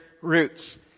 roots